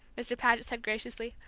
mr. paget said graciously,